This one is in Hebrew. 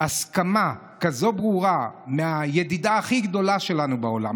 הסכמה כזאת ברורה מהידידה הכי גדולה שלנו בעולם,